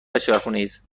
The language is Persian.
بچرخونید